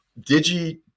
digi